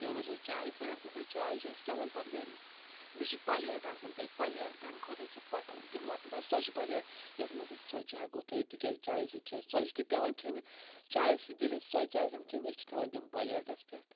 تِمن حظ چھِ أسۍ چاے پھرَان تہٕ سۄ چاے چھِ أسۍ چٮ۪وان پَتہٕ گرِ بیٚیہِ چھِ پَلیٹ آسَان تَتہِ پَلیٹ کَمہِ خٲطرٕ چھِ تِم لَکٕٹۍ حظ ژۄچہِ پَلٹ یَتھ منٛز أسۍ ژۄچہِ ہیٚکو تھٲیِتھ تِکیازِ چایہِ سۭتۍ چھِ اَسہِ ژۄچہِ تہِ پیٚوَان کھیٚنہِ چایہِ سۭتۍ ییٚلہِ اَسہِ ژۄچہِ آسان کھیٚنہِ أسۍ چھِ تھاوَن تِم پَلیٹَس پٮ۪ٹھ